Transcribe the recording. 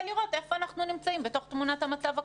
לראות איפה אנחנו נמצאים בתוך תמונת המצב הכוללת.